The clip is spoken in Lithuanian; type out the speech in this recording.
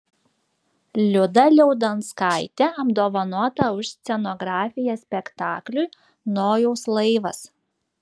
liuda liaudanskaitė apdovanota už scenografiją spektakliui nojaus laivas